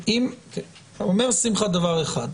אומר שמחה דבר אחד: